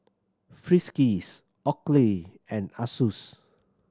Friskies Oakley and Asus